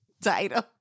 title